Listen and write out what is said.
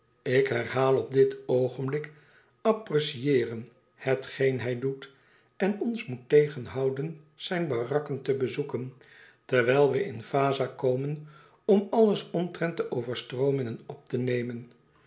ik herhaal op dit oogenblik apprecieeren hetgeen hij doet en ons moet tegenhouden zijn barakken te bezoeken terwijl we in vaza komen om alles omtrent de overstroomingen op te nemen